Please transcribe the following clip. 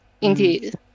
indeed